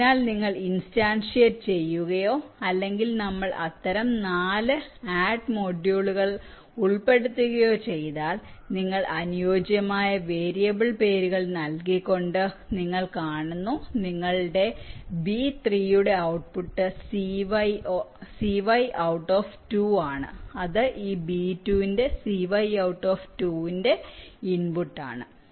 അതിനാൽ നിങ്ങൾ ഇൻസ്റ്റൻഷ്യേറ്റ് ചെയ്യുകയോ അല്ലെങ്കിൽ നമ്മൾഅത്തരം 4 ആഡ് മൊഡ്യൂളുകൾ ഉൾപ്പെടുത്തുകയോ ചെയ്താൽ നിങ്ങൾ അനുയോജ്യമായ വേരിയബിൾ പേരുകൾ നൽകിക്കൊണ്ട് നിങ്ങൾ കാണുന്നു നിങ്ങളുടെ B3 യുടെ ഔട്ട്പുട്ട് cy out2 ആണ് അത് ഈ B2 ന്റെ cy out2ന്റെ ഇന്പുട്ട് ആണ്